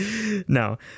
No